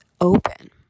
open